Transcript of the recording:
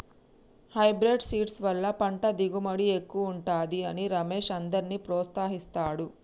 hybrid seeds వల్ల పంట దిగుబడి ఎక్కువుంటది అని రమేష్ అందర్నీ ప్రోత్సహిస్తాడు